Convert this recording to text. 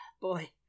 Boy